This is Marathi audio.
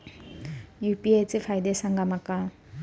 यू.पी.आय चे फायदे सांगा माका?